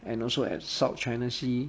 and also at south china sea